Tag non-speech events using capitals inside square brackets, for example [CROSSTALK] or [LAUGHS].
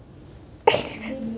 [LAUGHS]